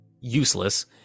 useless